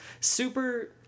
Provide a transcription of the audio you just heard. super